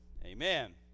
Amen